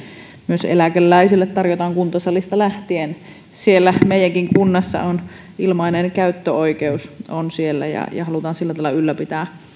myös eläkeläisille niitä tarjotaan kuntosalista lähtien siellä meidänkin kunnassa on ilmainen käyttöoikeus ja ja halutaan sillä tavalla ylläpitää